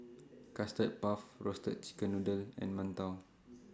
Custard Puff Roasted Chicken Noodle and mantou